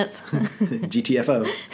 GTFO